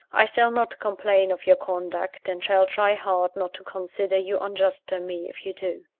i shall not complain of your conduct, and shall try hard not to consider you unjust to me, if you do.